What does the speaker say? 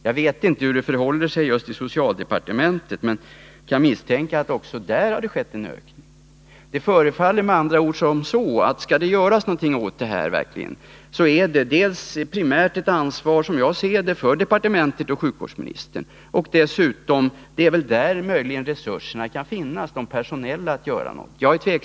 Jag vet inte hur det förhåller sig just på socialdepartementet, men jag misstänker att det också där har skett en ökning. Om någonting verkligen skall göras åt det här problemet ligger ansvaret härför, som jag ser det, primärt hos sjukvårdsministern och socialdepartementet. Det är väl där de personella resurserna möjligen kan finnas.